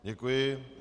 Děkuji.